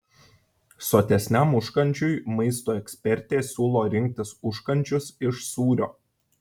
sotesniam užkandžiui maisto ekspertė siūlo rinktis užkandžius iš sūrio